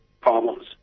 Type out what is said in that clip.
problems